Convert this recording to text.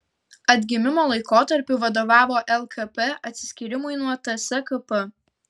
atgimimo laikotarpiu vadovavo lkp atsiskyrimui nuo tskp